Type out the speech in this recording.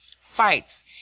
fights